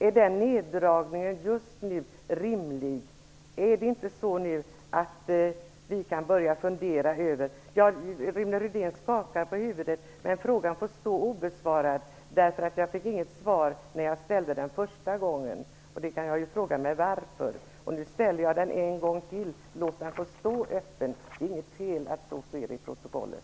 Är den här neddragningen just nu rimlig? Jag ser att Rune Rydén skakar på huvudet. Frågan får förbli obesvarad, eftersom jag inte fick något svar när jag ställde den första gången -- man kan ju fråga sig varför. Nu ställer jag frågan en gång till. Låt frågan få stå obesvarad. Det är inget fel att så sker i protokollet.